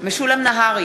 משולם נהרי,